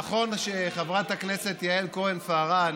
נכון שחברת הכנסת יעל כהן-פארן